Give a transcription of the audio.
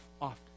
often